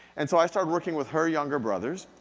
and so, i started working with her younger brothers,